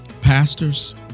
Pastors